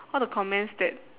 all the comments that